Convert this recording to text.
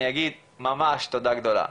אני אגיד ממש תודה גדולה,